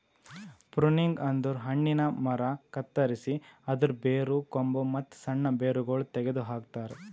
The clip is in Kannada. ಪ್ರುನಿಂಗ್ ಅಂದುರ್ ಹಣ್ಣಿನ ಮರ ಕತ್ತರಸಿ ಅದರ್ ಬೇರು, ಕೊಂಬು, ಮತ್ತ್ ಸಣ್ಣ ಬೇರಗೊಳ್ ತೆಗೆದ ಹಾಕ್ತಾರ್